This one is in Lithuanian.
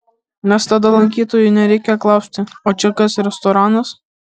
nes tada lankytojui nereikia klausti o čia kas restoranas